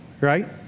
right